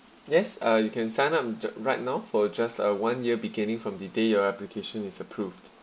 yes uh you can sign up right now for just a one year beginning from the day your application is approved